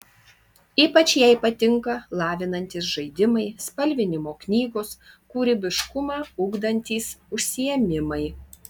ypač jai patinka lavinantys žaidimai spalvinimo knygos kūrybiškumą ugdantys užsiėmimai